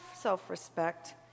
self-respect